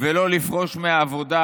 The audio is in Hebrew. ולא לפרוש מהעבודה,